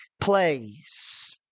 place